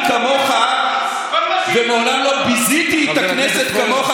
כמוך ומעולם לא ביזיתי את הכנסת כמוך,